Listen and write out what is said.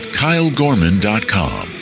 kylegorman.com